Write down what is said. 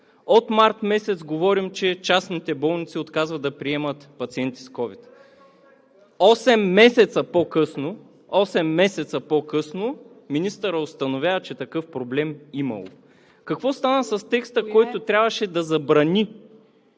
От месец март говорим, че частните болници отказват да приемат пациенти с COVID. (Реплики от ГЕРБ.) Осем месеца по-късно министърът установява, че такъв проблем имало. Какво стана с текста, който трябваше да забрани